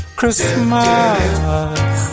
Christmas